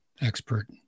expert